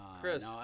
Chris